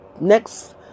Next